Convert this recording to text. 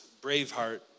Braveheart